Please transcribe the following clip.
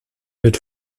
wird